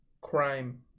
Crime